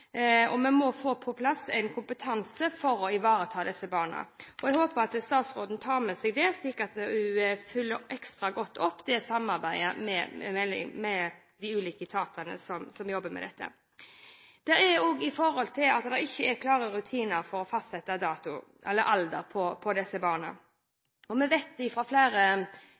Vi må få på plass kompetanse for å ivareta disse barna. Jeg håper at statsråden tar det med seg, og at hun følger samarbeidet mellom de ulike etatene som jobber med dette, ekstra godt opp. Det er ikke klare rutiner for å fastsette alder på disse barna. Vi vet fra flere